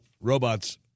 robots